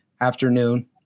afternoon